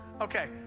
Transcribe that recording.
Okay